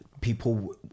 people